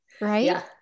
Right